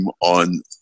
on